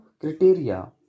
criteria